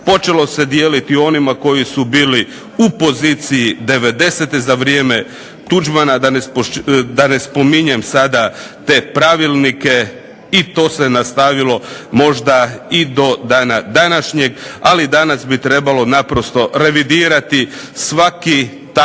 počelo se dijeliti onima koji su bili u poziciji '90. za vrijeme Tuđmana, da ne spominjem sada te pravilnike i to se nastavilo možda i do dana današnjeg. Ali danas bi trebalo naprosto revidirati svaki tako